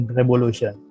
revolution